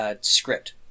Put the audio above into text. script